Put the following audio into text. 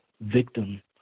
victim